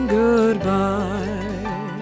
goodbye